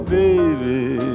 baby